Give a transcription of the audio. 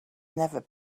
never